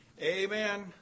Amen